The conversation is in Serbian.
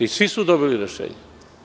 Svi su dobili rešenje.